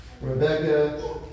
Rebecca